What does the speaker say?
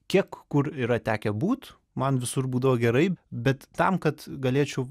kiek kur yra tekę būt man visur būdavo gerai bet tam kad galėčiau